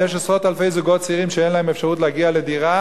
יש עשרות אלפי זוגות צעירים שאין להם אפשרות להגיע לדירה,